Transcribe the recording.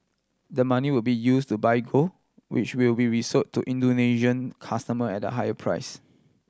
the money would be use to buy gold which will be resold to Indonesian customer at a higher price